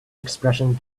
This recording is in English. expression